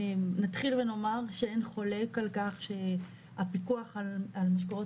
נתחיל ונאמר שאין חולק על כך שהפיקוח על משקאות